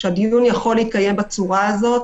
שהדיון יכול להתקיים בצורה הזו.